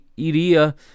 iria